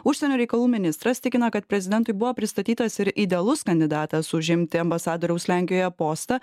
užsienio reikalų ministras tikina kad prezidentui buvo pristatytas ir idealus kandidatas užimti ambasadoriaus lenkijoje postą